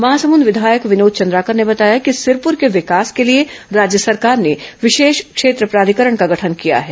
महासमुंद विधायक विनोद चंद्राकर ने बताया कि सिरपुर के विकास के लिए राज्य सरकार ने विशेष क्षेत्र प्राधिकरण का गठन किया है